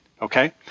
okay